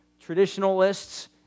traditionalists